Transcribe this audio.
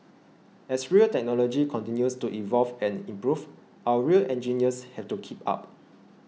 as rail technology continues to evolve and improve our rail engineers have to keep up